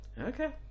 Okay